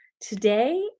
Today